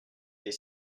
des